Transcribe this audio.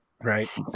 Right